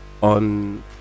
on